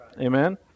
Amen